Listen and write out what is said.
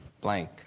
blank